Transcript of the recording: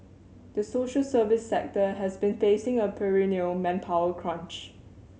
the social service sector has been facing a perennial manpower crunch